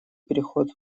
переход